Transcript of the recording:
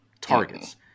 targets